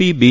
P B